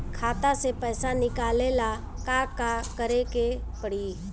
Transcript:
खाता से पैसा निकाले ला का का करे के पड़ी?